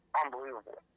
unbelievable